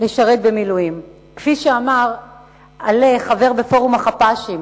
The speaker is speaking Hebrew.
לשרת במילואים, כפי שאמר חבר בפורום החפ"שים,